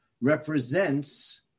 represents